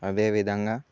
అదే విధంగా